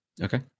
Okay